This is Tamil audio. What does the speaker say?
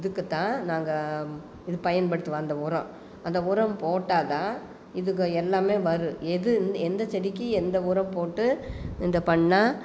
இதுக்குத்தான் நாங்கள் இது பயன்படுத்துவோம் அந்த உரம் அந்த உரம் போட்டால் தான் இதுக்கு எல்லாம் வரும் எது எந்த செடிக்கு எந்த உரம் போட்டு இந்த பண்ணிணா